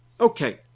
okay